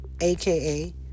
aka